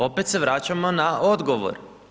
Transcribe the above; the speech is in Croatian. Opet se vraćamo na odgovor.